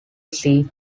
see